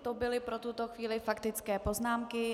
To byly pro tuto chvíli faktické poznámky.